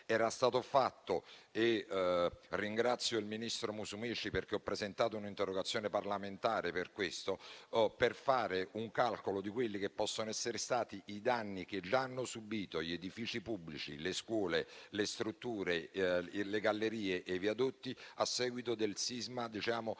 Era stato fatto - e ringrazio il ministro Musumeci, perché ho presentato un'interrogazione parlamentare su questo punto - un calcolo di quelli che possono essere stati i danni che hanno subito gli edifici pubblici, le scuole, le strutture, le gallerie e i viadotti a seguito dello sciame